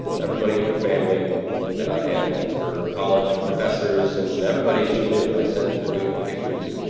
everybody in her family and to her college professors and everybody that she knew. i sent her nude pictures.